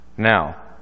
Now